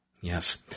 Yes